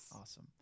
Awesome